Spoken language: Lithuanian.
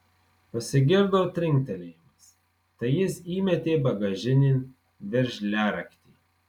pasigirdo trinktelėjimas tai jis įmetė bagažinėn veržliaraktį